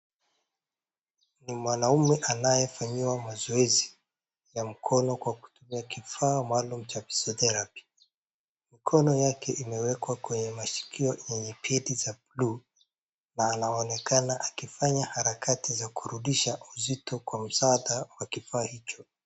Ni mwanaume anaefanyiwa mazoezi ya mkono kwa kutumia kifaa maalum cha physiotherapy mkono yake imewekwa kwenye masikio yenye peti za blue na anaonekana akifanya harakati za kurudisha uzito kwa uzata wa kifaa hicho